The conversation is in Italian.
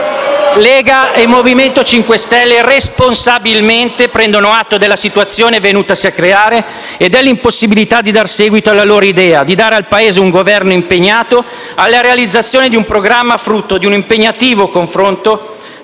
Lega e Movimento 5 Stelle, responsabilmente, hanno quindi preso atto della situazione venutasi a creare e dell'impossibilità di dare seguito alla loro idea di dare al Paese un Governo impegnato alla realizzazione di un programma, frutto di un impegnativo confronto,